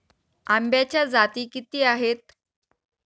आंब्याच्या जाती किती आहेत?